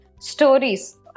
stories